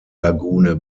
lagune